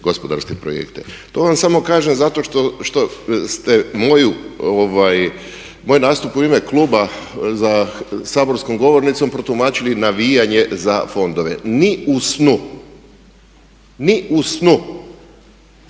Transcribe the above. To vam samo kažem zato što ste moj nastup u ime klube za saborskom protumačili navijanje za fondove, ni u snu. Ni u snu.